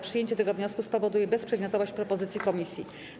Przyjęcie tego wniosku spowoduje bezprzedmiotowość propozycji komisji.